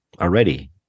already